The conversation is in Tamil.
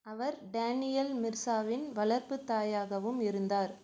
அவர் டேனியல் மிர்சாவின் வளர்ப்புத் தாயாகவும் இருந்தார்